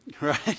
right